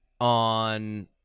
on